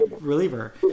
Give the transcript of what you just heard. reliever